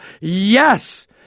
yes